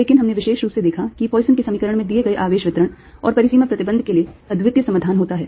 लेकिन हमने विशेष रूप से देखा कि पॉइसन के समीकरण में दिए गए आवेश वितरण और परिसीमा प्रतिबंध के लिए अद्वितीय समाधान होता है